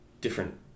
different